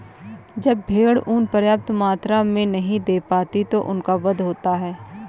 जब भेड़ ऊँन पर्याप्त मात्रा में नहीं दे पाती तो उनका वध होता है